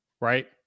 right